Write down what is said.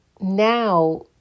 now